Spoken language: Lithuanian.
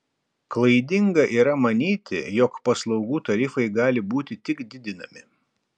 klaidinga yra manyti jog paslaugų tarifai gali būti tik didinami